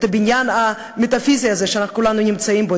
את הבניין המטאפיזי הזה שאנחנו כולנו נמצאים בו,